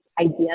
idea